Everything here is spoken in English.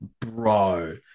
bro